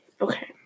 okay